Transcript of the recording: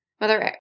Mother